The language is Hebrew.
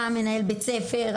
אם אתה מנהל בית ספר,